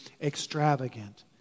extravagant